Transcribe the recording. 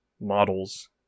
models